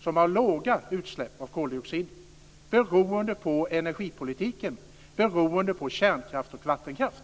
som har låga utsläpp av koldioxid beroende på energipolitiken, beroende på kärnkraft och vattenkraft.